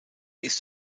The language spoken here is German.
ist